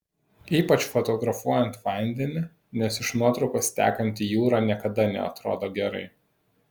ypač fotografuojant vandenį nes iš nuotraukos tekanti jūra niekada neatrodo gerai